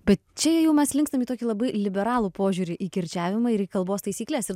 bet čia jau mes linkstam į tokį labai liberalų požiūrį į kirčiavimą ir į kalbos taisykles ir